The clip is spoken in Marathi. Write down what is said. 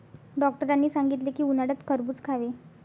डॉक्टरांनी सांगितले की, उन्हाळ्यात खरबूज खावे